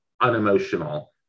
unemotional